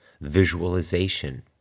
visualization